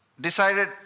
decided